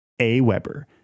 AWeber